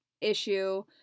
issue